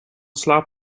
slaap